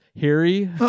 Harry